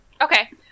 Okay